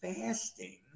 fasting